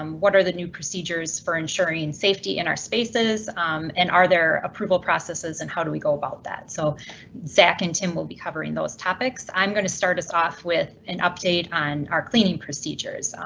um what are the new procedures for ensuring safety in our spaces and are their approval processes and how do we go about that? so zack and tim will be covering those topics. i'm gonna start us off with an update on our cleaning procedures.